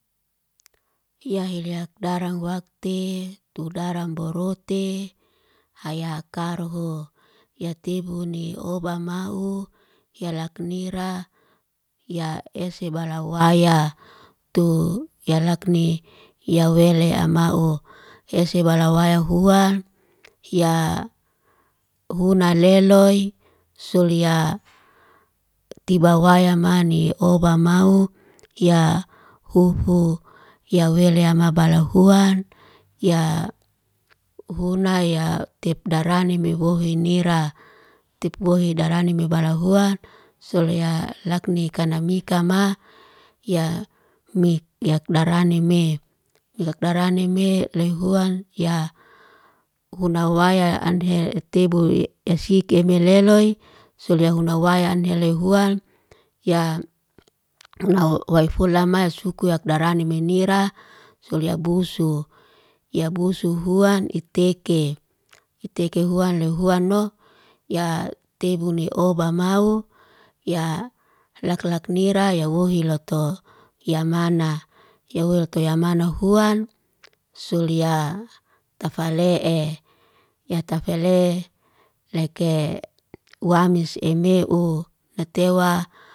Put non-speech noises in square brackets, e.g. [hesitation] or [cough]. Ya heleyak darangwak te, tu dara mborote hayakaroho. Ya tebu ne obamau, ya laknira ya ese balawaya. Tu ya lakni, ya weli'amau. Ese balawaya huan, hya huna leloy suliyaa. Tibawaya mani obamau, ya hufuu, [noise] ya wele ama balahuan, yahuna ya tepdarane mewohin nira. Tipwohin darane me balahuan, solya lakni kanamikama, ya mik yak daraneme. Yak daraneme leyhuan ya, hunawaya ande tebu ya [hesitation] siki eme leloy, solya hunawaya nelehuan, ya [noise] na way fulamas hukyak daraneme nira sulya busuuk. Ya busuk huan, iteke. Iteke huan lehuan'no, ya tebu ne obamau, ya laklaknira ya wohi latoo. Ya mana, ya woil toyamana huan sulya. Tafale e, ya tafale leke [noise] waamnis emeu letewa.